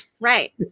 Right